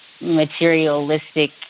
materialistic